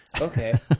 Okay